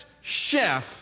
chef